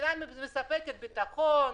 והמדינה מספקת ביטחון,